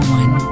one